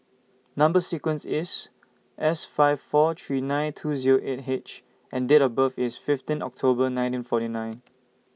Number sequence IS S five four three nine two Zero eight H and Date of birth IS fifteen October nineteen forty nine